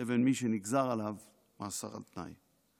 לבין מי שנגזר עליו מאסר על תנאי.